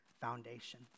foundation